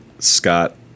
Scott